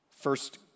First